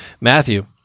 Matthew